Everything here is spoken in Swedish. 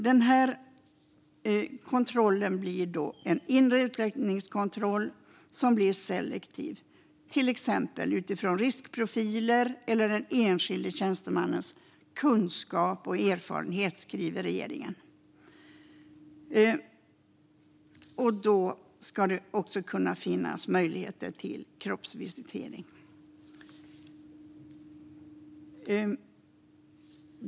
Det här blir en selektiv inre utlänningskontroll, till exempel utifrån riskprofiler eller den enskilde tjänstemannens kunskap och erfarenhet, skriver regeringen. Då ska det också finnas möjligheter till kroppsvisitation.